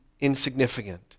insignificant